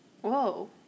Whoa